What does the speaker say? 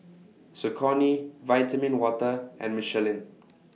Saucony Vitamin Water and Michelin